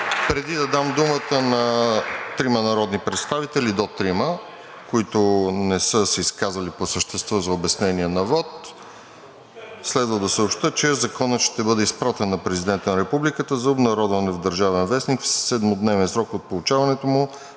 Преди да дам думата на трима народни представители, до трима, които не са се изказали по същество, за обяснение на вот, следва да съобщя, че Законът ще бъде изпратен на Президента на Републиката за обнародване в „Държавен вестник“ в седмодневен срок от получаването му,